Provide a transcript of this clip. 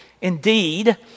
Indeed